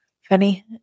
Funny